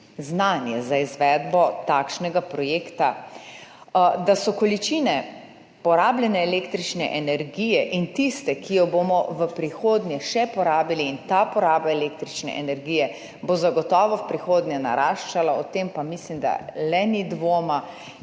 znanje za izvedbo takšnega projekta, da so količine porabljene električne energije in tiste, ki jo bomo v prihodnje še porabili in bo ta poraba električne energije zagotovo v prihodnje naraščala, ob tem pa mislim, da le ni dvoma